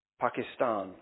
Pakistan